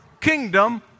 kingdom